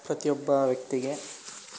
ಪ್ರತಿಯೊಬ್ಬ ವ್ಯಕ್ತಿಗೆ